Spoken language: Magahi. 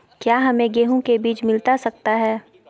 क्या हमे गेंहू के बीज मिलता सकता है?